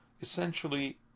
Essentially